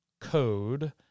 code